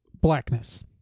blackness